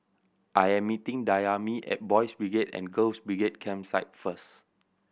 I am meeting Dayami at Boys' Brigade and Girls' Brigade Campsite first